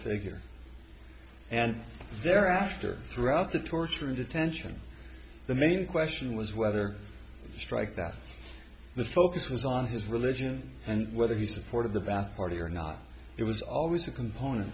figure and thereafter throughout the tour through detention the main question was whether strike that the focus was on his religion and whether you support of the bath party or not it was always a component